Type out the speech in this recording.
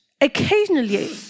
Occasionally